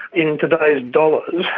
in today's dollars,